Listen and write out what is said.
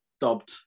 dubbed